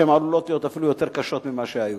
והן עלולות להיות אפילו יותר קשות ממה שהיה.